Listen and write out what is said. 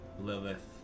Lilith